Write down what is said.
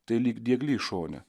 tai lyg dieglys šone